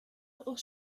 little